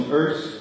earth